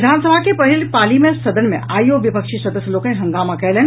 विधानसभा के पहिल पाली मे सदन मे आइयो विपक्षी सदस्य लोकनि हंगामा कयलनि